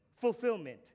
fulfillment